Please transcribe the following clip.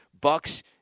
Bucks